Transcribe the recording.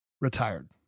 retired